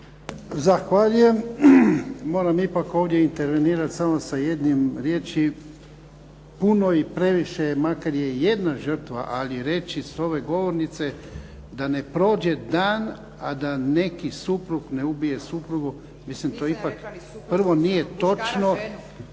Zahvaljujem. Moram ipak ovdje intervenirati sa jednim riječi. Puno je i previše makar je i jedna žrtva ali reći s ove govornice da ne prođe dan, a da neki suprug ne ubije suprugu. Prvo nije točno